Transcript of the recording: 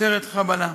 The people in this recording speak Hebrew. סרט חבלה,